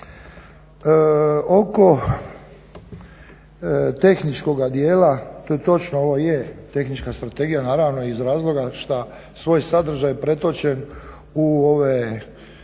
Oko tehničkoga dijela, to je točno ovo je tehnička strategija, naravno iz razloga šta svoj sadržaj pretočen u ove